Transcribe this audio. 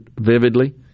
vividly